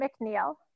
McNeil